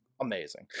Amazing